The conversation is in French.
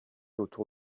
autour